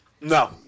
No